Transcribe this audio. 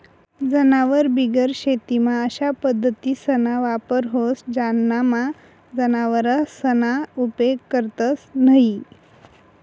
जनावरबिगेर शेतीमा अशा पद्धतीसना वापर व्हस ज्यानामा जनावरसना उपेग करतंस न्हयी